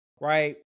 right